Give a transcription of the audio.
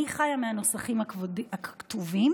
אני חיה מהנוסחים הכתובים